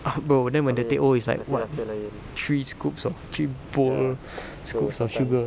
ah bro then when the teh O is like what three scoops of three bold scoops of sugar